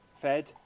fed